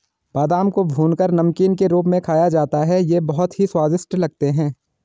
बादाम को भूनकर नमकीन के रूप में खाया जाता है ये बहुत ही स्वादिष्ट लगते हैं